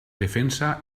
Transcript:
defensa